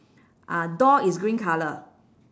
uh door is green colour